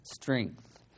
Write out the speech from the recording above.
Strength